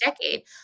decade